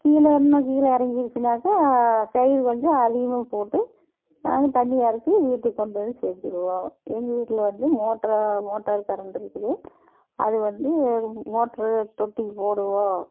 கீழே இன்னும் கீழே இறங்கிருச்சினாக்கா கயிறு கொஞ்சம் அதிகமாக போட்டு நானும் தண்ணியை இறைச்சு வீட்டுக்கு கொண்டு வந்து சேர்த்திடுவோம் எங்கள் வீட்டில் வந்து மோட்டரு மோட்டார் கரண்ட்டு இருக்குது அது வந்து மோட்டரு தொட்டிக்கு போடுவோம்